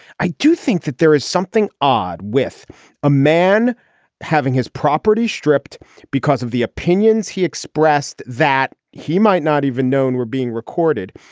i do think that there is something odd with a man having his property stripped because of the opinions he expressed that he might not even known were being recorded.